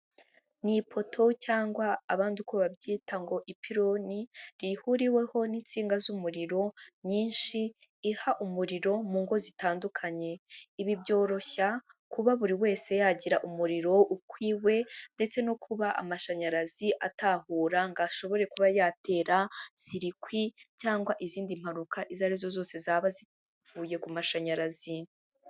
Ni ipoto cyangwa abandi uko babyita ngo ni ipironi, rihuriweho n'insinga z'umuriro nyinshi, iha umuriro mu ngo zitandukanye, ibi byoroshya kuba buri wese yagira umuriro ukw'iwe ndetse no kuba amashanyarazi atahura ngo ashobore kuba yatera sirikwi cyangwa izindi mpanuka izo arizo zose zaba zivuye ku mashanyarazi.